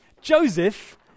Joseph